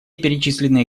перечисленные